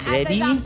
Ready